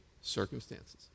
circumstances